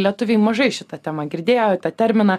lietuviai mažai šitą temą girdėjote terminą